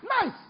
Nice